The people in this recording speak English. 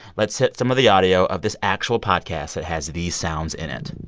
let's hit some of the audio of this actual podcast that has these sounds in it